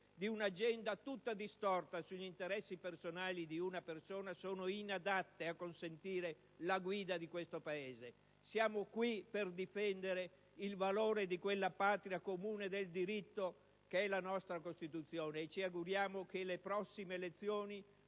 di un'agenda tutta distorta sugli interessi personali di una persona sono inadatte a consentire la guida di questo Paese. Siamo qui per difendere il valore di quella patria comune del diritto che è la nostra Costituzione e ci auguriamo che le prossime elezioni